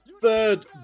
third